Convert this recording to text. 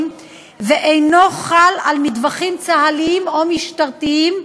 ואינו חל על מטווחים צה"ליים או משטרתיים,